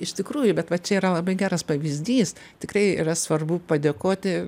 iš tikrųjų bet va čia yra labai geras pavyzdys tikrai yra svarbu padėkoti